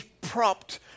propped